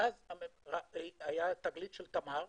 ואז היתה תגלית של תמר,